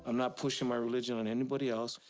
ah not pushing my religion on anybody else,